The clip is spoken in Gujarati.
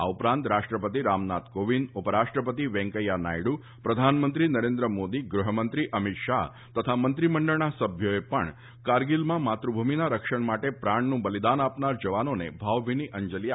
આ ઉપરાંત રાષ્ટ્રપતિ રામનાથ કોવિંદ ઉપરાષ્ટ્રપતિ વેંકૈયા નાયડુ પ્રધાનમંત્રી નરેન્દ્ર મોદી ગૃહમંત્રી અમિત શાહ મંત્રીમંડળના સભ્યોએ પણ કારગીલમાં માતૃભૂમિના રક્ષણ માટે પ્રાણનું બલિદાન આપનાર જવાનોને ભાવભીની અંજલી આપી હતી